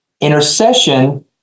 intercession